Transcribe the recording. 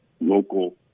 local